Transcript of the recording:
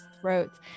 throats